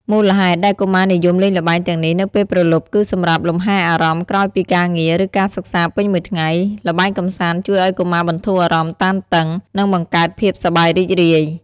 មូលហេតុដែលកុមារនិយមលេងល្បែងទាំងនេះនៅពេលព្រលប់គឺសម្រាប់លំហែអារម្មណ៍ក្រោយពីការងារ ឬការសិក្សាពេញមួយថ្ងៃ ល្បែងកម្សាន្តជួយឱ្យកុមារបន្ធូរអារម្មណ៍តានតឹង និងបង្កើតភាពសប្បាយរីករាយ ។